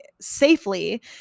safely